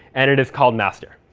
and it is called master.